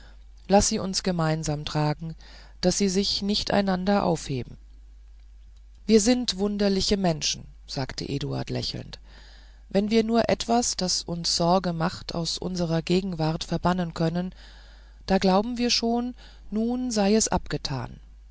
laß sie uns gemeinsam tragen da sie sich nicht gegeneinander aufheben wir sind wunderliche menschen sagte eduard lächelnd wenn wir nur etwas das uns sorge macht aus unserer gegenwart verbannen können da glauben wir schon nun sei es abgetan